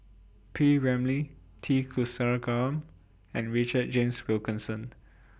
P Ramlee T Kulasekaram and Richard James Wilkinson